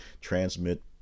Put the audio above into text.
transmit